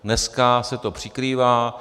Dneska se to přikrývá.